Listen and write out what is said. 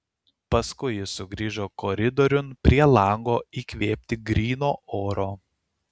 paskui jis sugrįžo koridoriun prie lango įkvėpti gryno oro